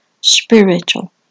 spiritual